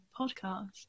podcast